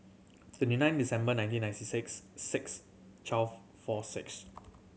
twenty nine December nineteen ninety six six twelve four six